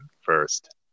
first